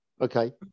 okay